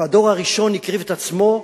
הדור הראשון הקריב את עצמו,